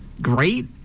great